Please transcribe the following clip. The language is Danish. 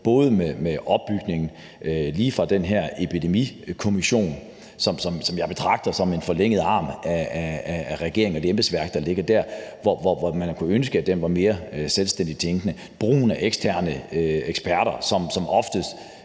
f.eks. opbygningen. Også fra den her Epidemikommission, som jeg betragter som en forlænget arm af regeringen og det embedsværk, der ligger dér, hvor man havde kunnet ønske, at den var mere selvstændigt tænkende. I forhold til brugen af eksterne eksperter, havde